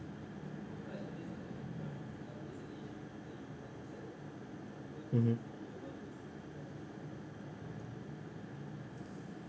mmhmm